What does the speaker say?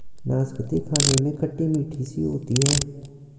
नाशपती खाने में खट्टी मिट्ठी सी होती है